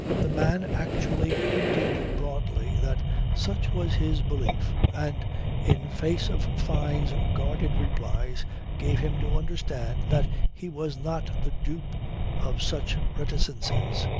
the man actually hinted broadly that such was his belief and in face of fyne's guarded replies gave him to understand that he was not the dupe of such reticences.